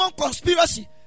conspiracy